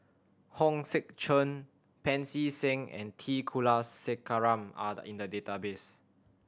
Hong Sek Chern Pancy Seng and T Kulasekaram are in the database